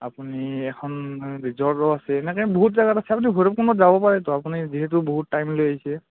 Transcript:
আপুনি এখন ৰিজৰ্টো আছে এনেকৈ বহুত জেগাত আছে আপুনি ভৈৰৱকুণ্ডত যাব পাৰেতো আপুনি যিহেতু বহুত টাইম লৈ আহিছে